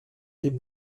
dem